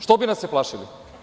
Što bi nas se plašili.